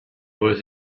was